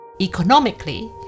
Economically